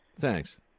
Thanks